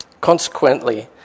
Consequently